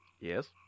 Yes